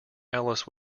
alice